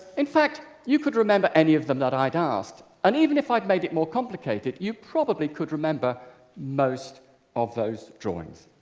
in fact you could remember any of them that i'd asked. and even if i'd made it more complicated, you probably could remember most of those drawings.